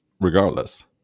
regardless